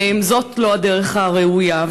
זאת לא הדרך הראויה.